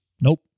nope